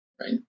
right